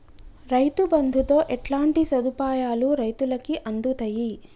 రైతు బంధుతో ఎట్లాంటి సదుపాయాలు రైతులకి అందుతయి?